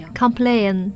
complain